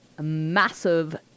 massive